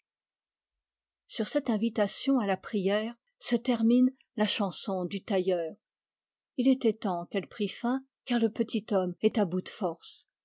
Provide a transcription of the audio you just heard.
sur cette invitation à la prière se termine la chanson du tailleur il était temps qu'elle prît fin car le petit homme est à bout de force